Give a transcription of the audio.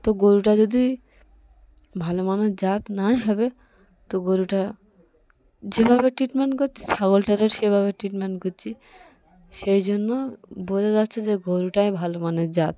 তো গরুটা যদি ভালো মানের জাত নাই হবে তো গরুটা যেভাবে ট্রিটমেন্ট করছি ছাগলটারও সেভাবে ট্রিটমেন্ট করছি সেই জন্য বোঝা যাচ্ছে যে গরুটাই ভালো মানের জাত